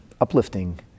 uplifting